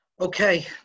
Okay